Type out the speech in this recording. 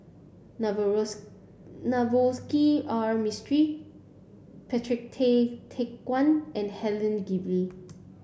Navroji R Mistri Patrick Tay Teck Guan and Helen Gilbey